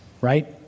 right